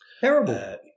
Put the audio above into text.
Terrible